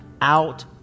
out